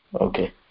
Okay